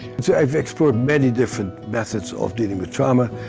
so i've explored many different methods of dealing with trauma.